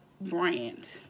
brand